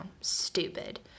stupid